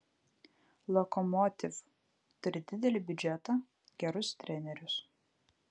lokomotiv turi didelį biudžetą gerus trenerius